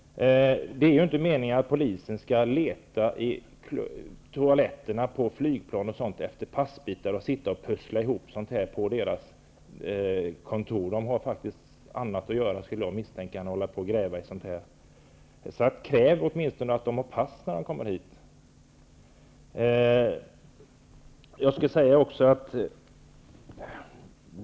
Det är ju inte meningen att polisen skall leta på toaletterna på flygplan m.m. efter passbitar för att sedan sitta och pussla ihop det hela på kontoret. Jag misstänker att polisen har annat att göra än att gräva i sådant där. Kräv åtminstone att invandrarna har pass när de kommer hit!